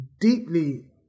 deeply